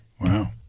Wow